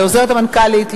לעוזרת המנכ"לית,